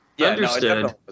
Understood